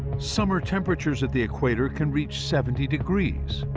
summer temperatures at the equator can reach seventy degrees.